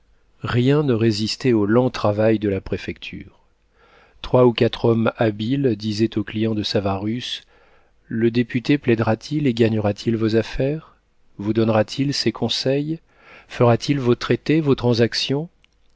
rien ne résistait au lent travail de la préfecture trois ou quatre hommes habiles disaient aux clients de savarus le député plaidera t il et gagnera t il vos affaires vous donnera-t-il ses conseils fera-t-il vos traités vos transactions